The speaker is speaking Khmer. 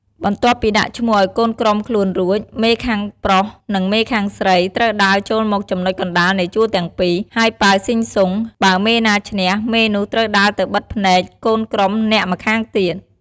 បន្ទាប់ពីដាក់ឈ្មោះឲ្យកូនក្រុមខ្លួនរួច មេខាងប្រុងនិងមេខាងស្រីត្រូវដើរចូលមកចំណុចកណ្ដាលនៃជួរទាំងពីរ ហើយប៉ាវស៊ីស៊ុង បើមេណាឈ្នះ មេនោះត្រូវដើរទៅបិទភ្នែកកូនក្រុមអ្នកម្ខាងទៀត។